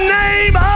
name